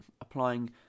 applying